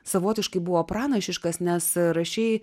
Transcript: savotiškai buvo pranašiškas nes rašei